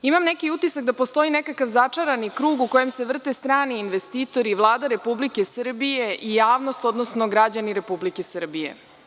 Imam neki utisak da postoji nekakav začarani krug u kome se vrte strani investitori i Vlada Republike Srbije i javnost, odnosno građani Republike Srbije.